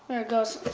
there it goes.